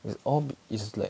is all is like